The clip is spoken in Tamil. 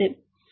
சரி